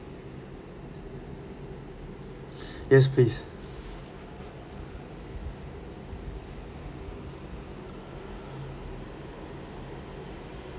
yes please